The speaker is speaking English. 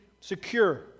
secure